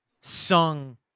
sung